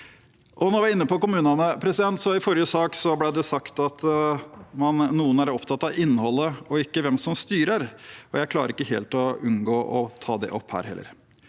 Når vi er inne på kommunene: I forrige sak ble det sagt at noen er opptatt av innholdet og ikke hvem som styrer, og jeg klarer ikke helt å unngå å ta det opp her, for